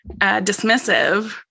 dismissive